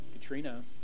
Katrina